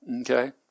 okay